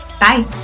Bye